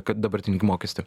kad dabartinį mokestį